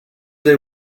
they